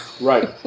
Right